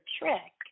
trick